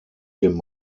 dem